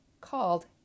called